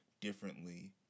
differently